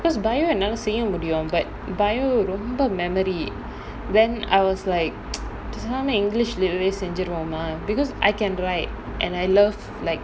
because biology என்னால செய்ய முடியும்:ennala seiya mudiyum but biology ரொம்ப:romba memory then I was like பேசாம:paesaamae english lit என்னால செய்ய முடியும்:ennala seiya mudiyum because I can write and I love like